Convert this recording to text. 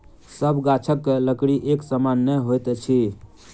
सभ गाछक लकड़ी एक समान नै होइत अछि